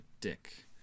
dick